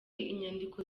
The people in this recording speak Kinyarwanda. inyandiko